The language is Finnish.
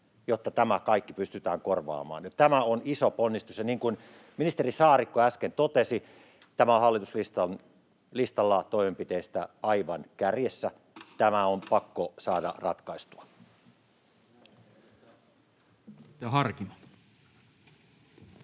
jotta tämä kaikki pystytään korvaamaan. Tämä on iso ponnistus, ja niin kuin ministeri Saarikko äsken totesi, tämä on hallituksen listalla toimenpiteistä aivan kärjessä — tämä on pakko saada ratkaistua.